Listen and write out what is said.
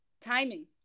timing